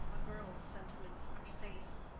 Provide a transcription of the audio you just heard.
a girl's sentiments are safe.